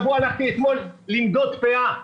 אתמול הלכתי למדוד פאה,